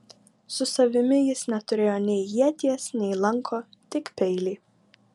su savimi jis neturėjo nei ieties nei lanko tik peilį